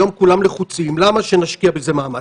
היום כולם לחוצים, למה שנשקיע בזה מאמץ.